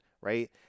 right